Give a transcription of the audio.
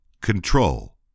control